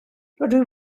rydw